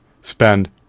spend